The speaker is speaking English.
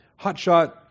hotshot